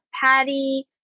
Patty